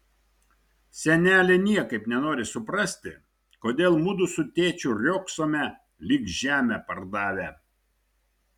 senelė niekaip nenori suprasti kodėl mudu su tėčiu riogsome lyg žemę pardavę